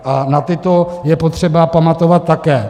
A na tyto je potřeba pamatovat také.